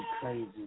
crazy